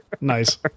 Nice